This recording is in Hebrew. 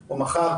או מחר,